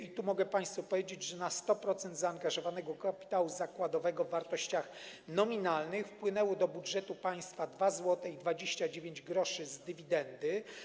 I tu mogę państwu powiedzieć, że na 100% zaangażowanego kapitału zakładowego w wartościach nominalnych wpłynęło do budżetu państwa 2 zł 29 gr z dywidendy.